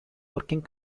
working